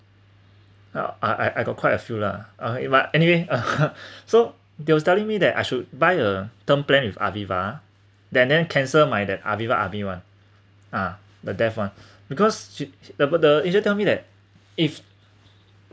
uh I I got quite a few lah uh but I anyway (uh huh) so they was telling me that I should buy a term plan with Aviva then then cancel my that Aviva army [one] ah the deaf one because sh~ the the agent tell me that if